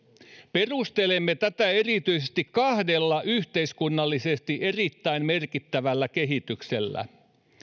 perustelemme tätä erityisesti kahdella yhteiskunnallisesti erittäin merkittävällä kehityksellä